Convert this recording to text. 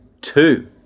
Two